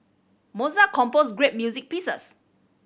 Mozart composed great music pieces